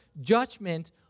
judgment